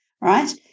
right